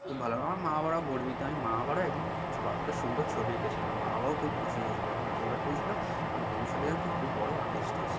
তুই ভালো আমার মা বাবারাও গর্বিত আমি মা বাবারও একদিন খুব চুয়া একটা সুন্দর ছবি এঁকেছিলাম মা বাবাও খুব খুশি হয়েছিল এবং আশীর্বাদ করেছিল যে ভবিষ্যতে যেন তুই খুব বড় আর্টিস্ট হোস